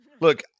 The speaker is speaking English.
look